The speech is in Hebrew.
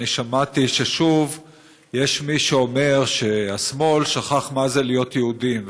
אני שמעתי ששוב יש מי שאומר שהשמאל שכח מה זה להיות יהודים,